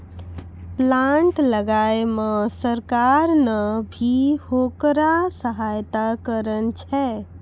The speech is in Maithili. प्लांट लगाय मॅ सरकार नॅ भी होकरा सहायता करनॅ छै